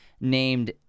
named